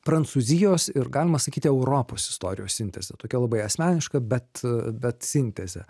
prancūzijos ir galima sakyti europos istorijos sintezė tokia labai asmeniška bet bet sintezė